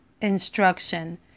instruction